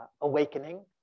awakening